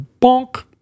bonk